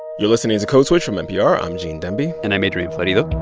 you're listening to code switch from npr. i'm gene demby and i'm adrian florido.